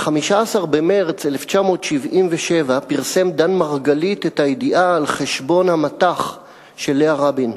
ב-15 במרס 1977 פרסם דן מרגלית את הידיעה על חשבון המט"ח של לאה רבין,